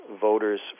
voters